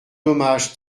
dommage